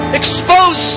expose